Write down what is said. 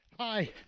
Hi